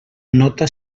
nota